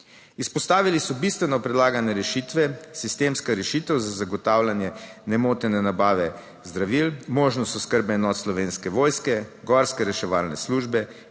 Izpostavili so bistveno predlagane rešitve, sistemska rešitev za zagotavljanje nemotene nabave zdravil, možnost oskrbe enot Slovenske vojske, gorske reševalne službe